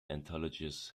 anthologies